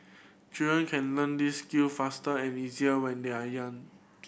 children can learn these skill faster and easier when they are young